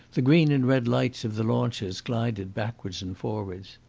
the green and red lights of the launches glided backwards and forwards.